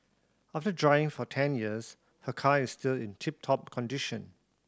after driving for ten years her car is still in tip top condition